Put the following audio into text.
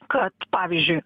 kad pavyzdžiui